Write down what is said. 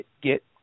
get